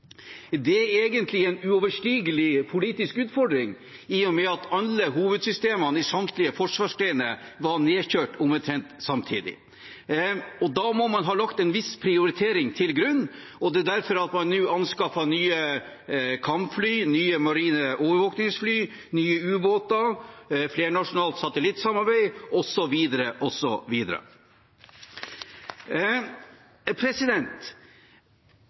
Det er egentlig en uoverstigelig politisk utfordring, i og med at alle hovedsystemene i samtlige forsvarsgrener var nedkjørt omtrent samtidig. Da må man ha lagt en viss prioritering til grunn, og det er derfor man nå anskaffer nye kampfly, nye marine overvåkningsfly, nye ubåter, flernasjonalt satellittsamarbeid,